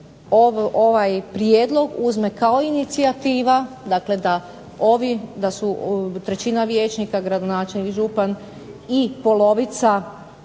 ovaj prijedlog uzme kao inicijativa, dakle da ovi, da su trećina vijećnika, gradonačelnik, župan i polovica